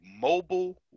mobile